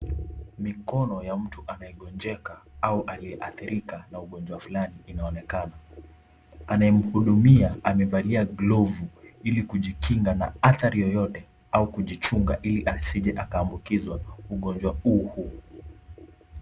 Mikono ya mtu anayegonjeka au aliyeadhirika na ugonjwa fulani inaonekana. Anayemhudumia amevalia glavu ili kujikinga na adhari yeyote au kujichunga ili asije akaambukizwa ugonjwa huo huo.